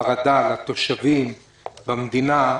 חרדה לתושבים במדינה,